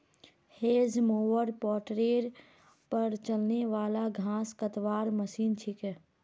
hedge mower मोटरेर पर चलने वाला घास कतवार मशीन छिके